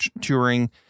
touring